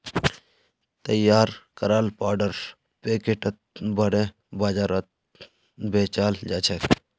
तैयार कराल पाउडर पैकेटत करे बाजारत बेचाल जाछेक